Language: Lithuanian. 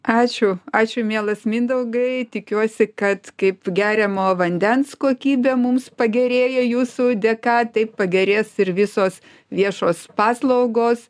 ačiū ačiū mielas mindaugai tikiuosi kad kaip geriamo vandens kokybė mums pagerėja jūsų dėka taip pagerės ir visos viešos paslaugos